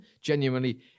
genuinely